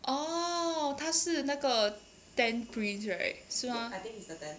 orh 他是那个 tenth prince right 是吗